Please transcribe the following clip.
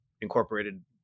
incorporated